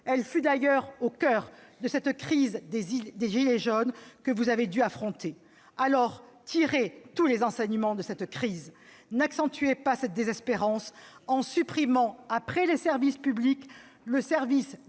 Elle fut d'ailleurs au coeur de cette crise des « gilets jaunes » que vous avez dû affronter. Alors, tirez-en tous les enseignements ! N'accentuez pas cette désespérance en supprimant, après les services publics, le service